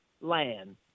land